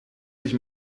sich